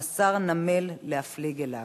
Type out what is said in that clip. חסר נמל להפליג אליו.